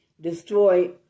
Destroy